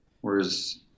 whereas